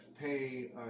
pay